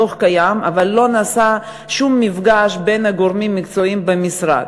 הדוח קיים אבל לא נעשה שום מפגש בין הגורמים המקצועיים במשרד.